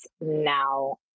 now